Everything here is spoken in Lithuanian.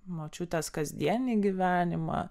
močiutės kasdienį gyvenimą